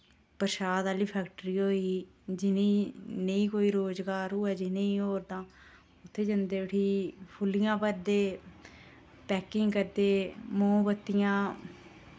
परशाद आह्ली फैक्ट्री होई गेई जि'नें ई नेईं कोई रोजगार होऐ जि'नें ई और तां उत्थै जन्दे उठी फुल्लियां भरदे पैकिंग करदे मोमबत्तियां